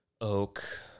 oak